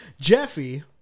Jeffy